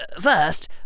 First